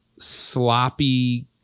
Sloppy